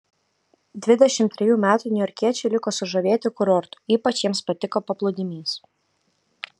dvidešimt trejų metų niujorkiečiai liko sužavėti kurortu ypač jiems patiko paplūdimys